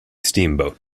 steamboat